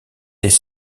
des